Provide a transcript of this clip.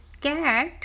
cat